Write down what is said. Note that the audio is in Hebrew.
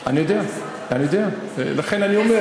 הכסף עבר, אני יודע, לכן אני אומר.